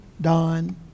Don